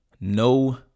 no